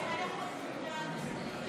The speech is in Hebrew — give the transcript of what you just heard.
התשפ"ג 2023,